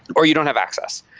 or you don't have access.